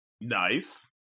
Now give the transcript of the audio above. Nice